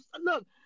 Look